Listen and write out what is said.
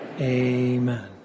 Amen